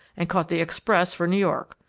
and caught the express for new york.